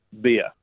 beer